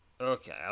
Okay